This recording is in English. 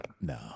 No